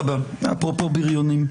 תודה רבה, אפרופו בריונים.